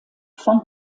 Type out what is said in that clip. von